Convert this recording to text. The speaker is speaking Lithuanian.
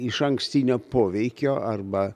išankstinio poveikio arba